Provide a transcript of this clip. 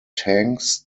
tanks